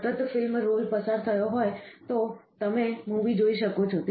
સતત film roll પસાર થયો હોય તો તમે મૂવી જોઈ શકો છો